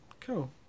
Cool